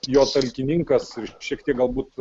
jo talkininkas šiek tiek galbūt